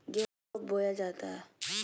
गेंहू कब बोया जाता हैं?